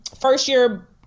first-year